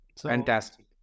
Fantastic